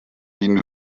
been